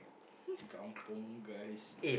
these kampung guys